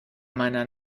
meiner